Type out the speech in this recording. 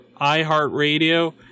iHeartRadio